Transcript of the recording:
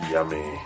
Yummy